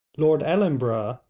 lord ellenborough,